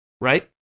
Right